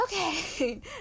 okay